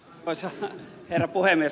arvoisa herra puhemies